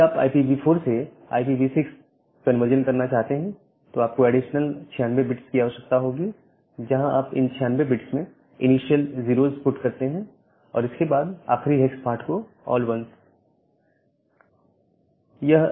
यदि आप IPv4 से IPv6 कन्वर्जन करना चाहते हैं तो आपको एडिशनल 96 बिट्स की आवश्यकता होती है जहां आप इन 96 बिट्स में इनिशियल 0s पुट करते हैं और इसके बाद आखरी हेक्स पार्ट को ऑल 1s